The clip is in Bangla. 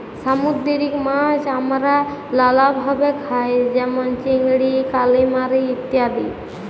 সামুদ্দিরিক মাছ আমরা লালাভাবে খাই যেমল চিংড়ি, কালিমারি ইত্যাদি